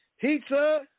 Pizza